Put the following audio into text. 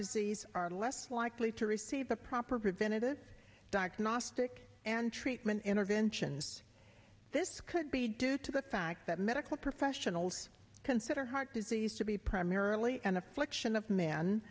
disease are less likely to receive the proper preventative diagnostic and treatment interventions this could be due to the fact that medical professionals consider heart disease to be primarily an affliction of m